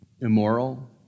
immoral